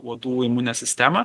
uodų imuninę sistemą